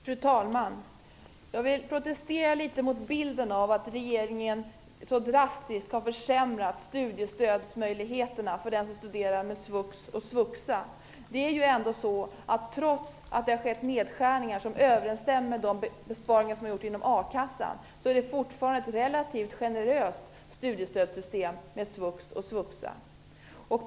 Fru talman! Jag vill protestera litet mot bilden av att regeringen så drastiskt har försämrat studiestödsmöjligheterna för dem som studerar med svux och svuxa. Trots att det har skett nedskärningar som överensstämmer med de besparingar som har gjorts inom a-kassan är svux och svuxa fortfarande ett relativt generöst studiestödssystem.